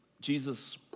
Jesus